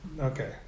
Okay